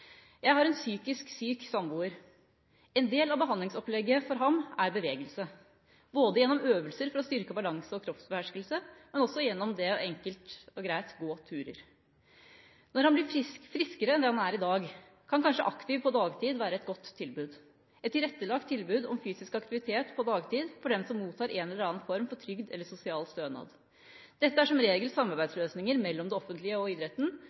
Jeg har en psykisk syk samboer. En del av behandlingsopplegget for ham er bevegelse, både gjennom øvelser for å styrke balanse og kroppsbeherskelse, men også gjennom, enkelt og greit, å gå turer. Når han blir friskere enn det han er i dag, kan kanskje Aktiv på dagtid være et godt tilbud – et tilrettelagt tilbud om fysisk aktivitet på dagtid for dem som mottar en eller annen form for trygd eller sosial stønad. Dette er som regel samarbeidsløsninger mellom det offentlige og idretten,